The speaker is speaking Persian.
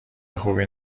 خوبی